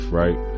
right